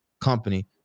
company